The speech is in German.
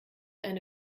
eine